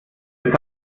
wird